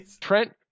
Trent